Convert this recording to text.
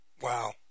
wow